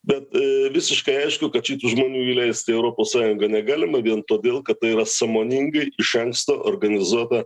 bet visiškai aišku kad šitų žmonių įleist į europos sąjungą negalima vien todėl kad tai yra sąmoningai iš anksto organizuota